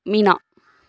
Meena